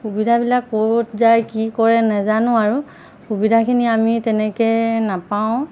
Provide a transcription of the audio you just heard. সুবিধাবিলাক ক'ত যায় কি কৰে নাজানো আৰু সুবিধাখিনি আমি তেনেকৈ নাপাওঁ